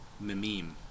meme